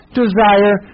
desire